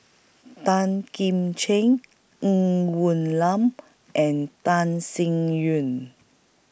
Tan Kim Ching Ng Woon Lam and Tan Sin